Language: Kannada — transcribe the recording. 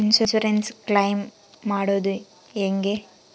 ಇನ್ಸುರೆನ್ಸ್ ಕ್ಲೈಮ್ ಮಾಡದು ಹೆಂಗೆ?